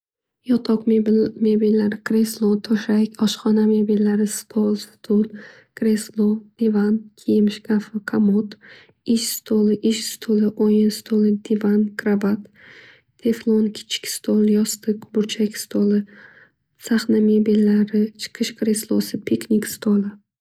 Yotoq mebellari, kreslo, to'shak, oshxona mebellari, stol, stul, kreslo, divan, kiyim shkafi, komot, ish stoli, ish stuli, teflon, yostiq, burchak stoli, sahna mebellari, chiqish kreslosi, piknik stoli.